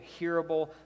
hearable